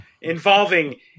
involving